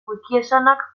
wikiesanak